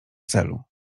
celu